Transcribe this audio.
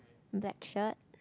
black shirt